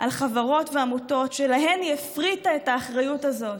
על חברות ועמותות שלהן היא הפריטה את האחריות הזאת.